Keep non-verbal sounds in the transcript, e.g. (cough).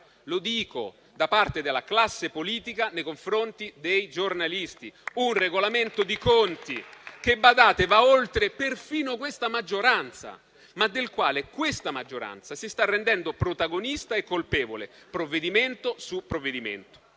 vendetta da parte della classe politica nei confronti dei giornalisti, (applause) un regolamento di conti che va perfino oltre questa maggioranza, ma del quale questa maggioranza si sta rendendo protagonista e colpevole, provvedimento su provvedimento.